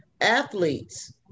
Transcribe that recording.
athletes